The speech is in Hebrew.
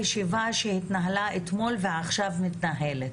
הישיבה שהתנהלה אתמול ועכשיו מתנהלת,